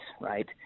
right